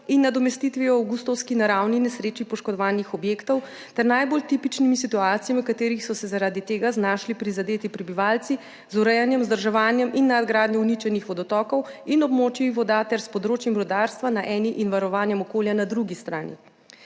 in nadomestitvijo v avgustovski naravni nesreči poškodovanih objektov ter najbolj tipičnimi situacijami, v katerih so se zaradi tega znašli prizadeti prebivalci, z urejanjem, vzdrževanjem in nadgradnjo uničenih vodotokov in območij voda ter s področjem rudarstva na eni in varovanjem okolja na drugi strani.